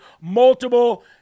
multiple